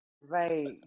right